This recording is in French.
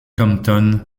compton